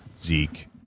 Zeke